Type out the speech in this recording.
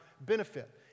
benefit